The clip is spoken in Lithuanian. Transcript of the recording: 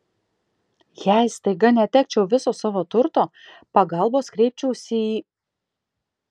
jei staiga netekčiau viso savo turto pagalbos kreipčiausi į